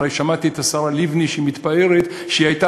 הרי שמעתי את השרה לבני מתפארת שהייתה